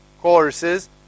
courses